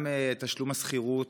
גם תשלום השכירות,